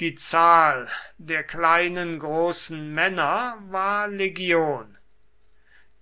die zahl der kleinen großen männer war legion